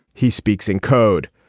he speaks in code